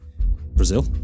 Brazil